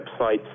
websites